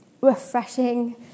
refreshing